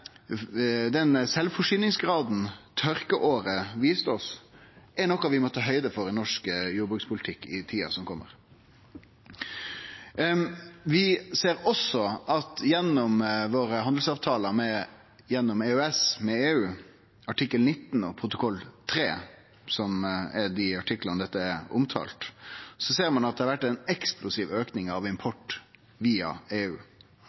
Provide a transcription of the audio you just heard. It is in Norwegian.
sjølvforsyningsgraden tørkeåret viste oss, er noko vi må ta høgd for i norsk jordbrukspolitikk i tida framover. Vi ser også at med våre handelsavtalar med EU gjennom EØS – artikkel 19 og protokoll 3, som er dei artiklane der dette er omtalt – har det vore ein eksplosiv auke av import via EU.